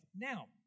Now